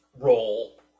role